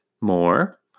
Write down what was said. More